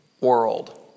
world